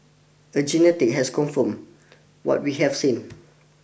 and genetic has confirmed what we have seen